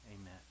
amen